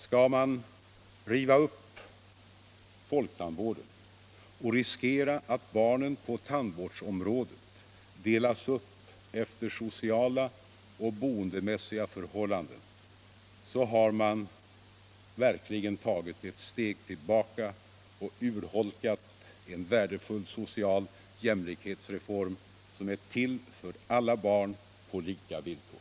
Skall man riva upp folktandvården och riskera att barnen på tandvårdsområdet delas upp efter sociala och boendemiässiga förhållanden, så har man verkligen tagit ett steg tillbaka och urholkat en värdefull social jämlikhetsreform, som är till för alla barn på lika villkor.